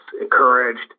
encouraged